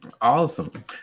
Awesome